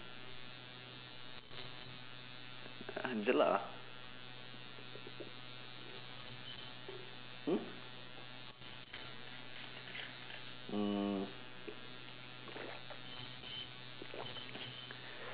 uh jelak ah !huh! mm